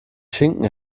schinken